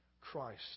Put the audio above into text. christ